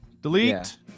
Delete